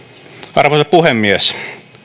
arvoisa puhemies